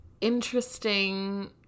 interesting